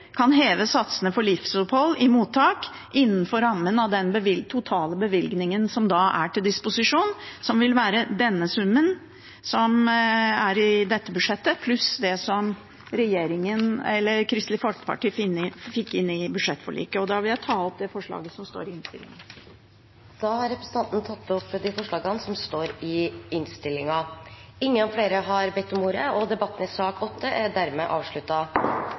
kan heve satsene for livsopphold i mottak innenfor rammen av den totale bevilgningen som da er til disposisjon, som vil være summen i dette budsjettet pluss det Kristelig Folkeparti fikk inn ved budsjettforliket. Da vil jeg ta opp SVs forslag, som står i innstillingen. Da har representanten Karin Andersen tatt opp SVs forslag. Flere har ikke bedt om ordet til sak nr. 8. Etter ønske fra kommunal- og